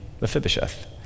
Mephibosheth